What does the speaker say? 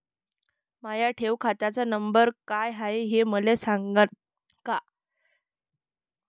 माया ठेव खात्याचा नंबर काय हाय हे मले सांगान का?